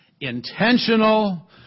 intentional